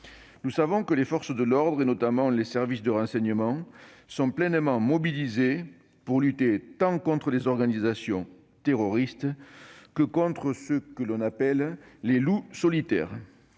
Nous savons que les forces de l'ordre, notamment les services de renseignement, sont pleinement mobilisées, pour lutter tant contre les organisations terroristes que contre ce que l'on appelle « les loups solitaires